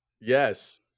Yes